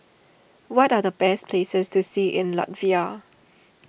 what are the best places to see in Latvia